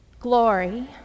glory